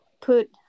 put